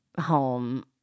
home